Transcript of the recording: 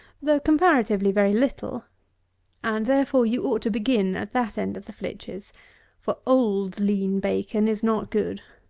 though comparatively very little and therefore you ought to begin at that end of the flitches for, old lean bacon is not good.